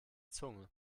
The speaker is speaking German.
zunge